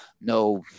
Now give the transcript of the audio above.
no